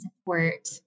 support